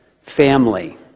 family